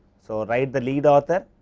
so, write the lead author,